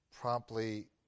promptly